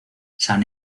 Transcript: san